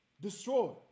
Destroy